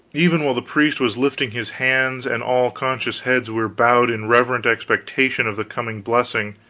even while the priest was lifting his hands, and all conscious heads were bowed in reverent expectation of the coming blessing,